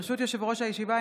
ברשות יושב-ראש הישיבה,